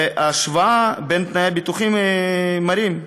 וההשוואה בין תנאי הביטוחים מראה,